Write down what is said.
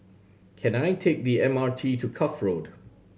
can I take the M R T to Cuff Road